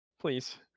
Please